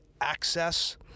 access